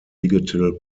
digital